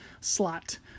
slot